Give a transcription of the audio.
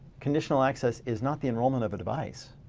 conditional access is not the enrollment of a device.